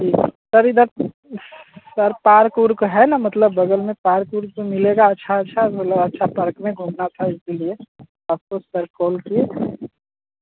sir इधर sir park उर्क है ना मतलब बगल में पार्क उर्क तो मिलेगा अच्छा अच्छा बोले अच्छा पार्क में घूमना था इसीलिए आपको सर कॉल किए हैं